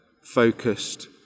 focused